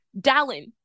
Dallin